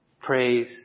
praise